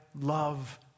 love